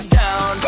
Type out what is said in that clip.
down